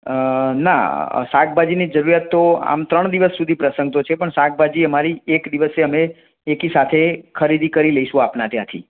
ના શાકભાજીની જરૂરિયાત તો આમ ત્રણ દિવસ સુધી પ્રસંગ તો છે પણ શાકભાજી અમારે એક દિવસે અમે એકી સાથે ખરીદી કરી લઇશું આપનાં ત્યાંથી